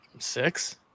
Six